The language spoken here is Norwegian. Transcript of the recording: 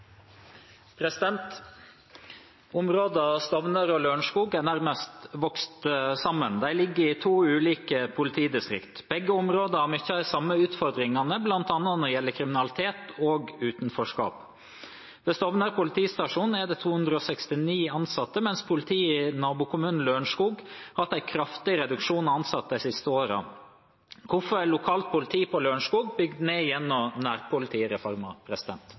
tidligere. «Områdene Stovner og Lørenskog er nærmest vokst sammen. De ligger i to ulike politidistrikt. Begge områdene har mye av de samme utfordringene blant annet når det gjelder kriminalitet og utenforskap. Ved Stovner politistasjon er det 269 ansatte, mens politiet i nabokommunen Lørenskog har hatt en kraftig reduksjon av ansatte de siste årene. Hvorfor er lokalt politi på Lørenskog bygget ned gjennom